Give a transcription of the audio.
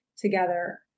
together